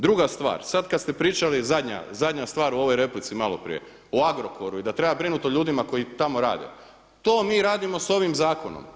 Druga stvar, sada kada ste pričali zadnja stvar u ovoj replici malo prije o Agrokoru i da treba brinuti o ljudima koji tamo rade, to mi radimo s ovim zakonom.